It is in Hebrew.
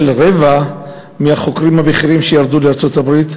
רבע מהחוקרים הבכירים שירדו לארצות-הברית,